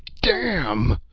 damn!